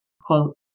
quote